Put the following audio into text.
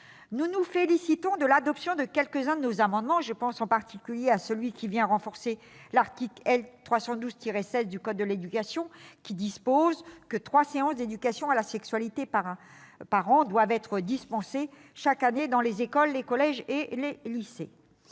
nous nous félicitons de l'adoption de quelques-uns de nos amendements. Je pense en particulier à celui qui tendait à renforcer l'article L. 312-16 du code de l'éducation, lequel dispose que trois séances d'éducation à la sexualité doivent être dispensées chaque année dans les écoles, les collèges et les lycées.